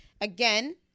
Again